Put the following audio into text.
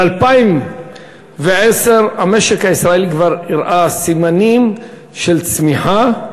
ב-2010 המשק הישראלי כבר הראה סימנים של צמיחה,